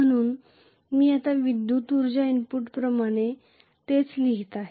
म्हणून मी आता विद्युत् उर्जा इनपुट प्रमाणेच तेच लिहित आहे